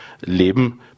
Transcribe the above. Leben